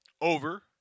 over